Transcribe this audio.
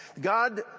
God